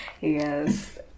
yes